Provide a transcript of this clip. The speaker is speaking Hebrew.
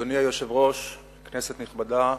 אדוני היושב-ראש, כנסת נכבדה,